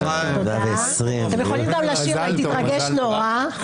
אתם יכולים גם לשיר לה, היא תתרגש נורא.